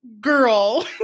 girl